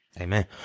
Amen